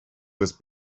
was